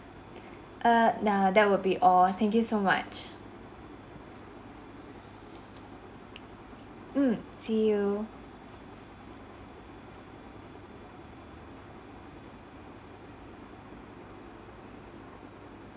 err nah that will be all thank you so much mm see you